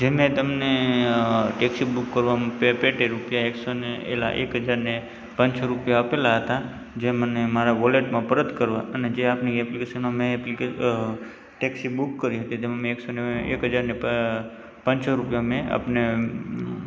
જે મેં તમને ટૅક્ષી બૂક કરવામ પેટે રૂપિયા એકસો અને એલા એક હજારને પાંચસો રુપિયા આપેલા હતા જે મને મારાં વૉલેટમાં પરત કરવા અને જે આપની એપ્લિકેશનમાં મેં એપ્લિ અં ટૅક્ષી બૂક કરી હતી તે મને એક સો અં એક હજારને પ પાંચસો રૂપિયા મેં આપને